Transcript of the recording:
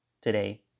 today